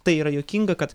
tai yra juokinga kad